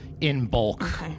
in-bulk